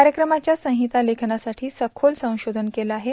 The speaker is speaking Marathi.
कार्यक्रमाच्या संहिता लेखनासाठी सखोल संशोधन केले आहे